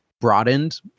broadened